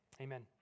Amen